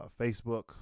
Facebook